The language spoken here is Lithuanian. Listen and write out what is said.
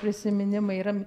prisiminimai yra